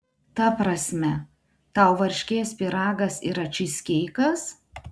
ta prasme tau varškės pyragas yra čyzkeikas